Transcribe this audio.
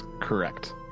Correct